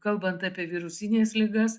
kalbant apie virusines ligas